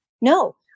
No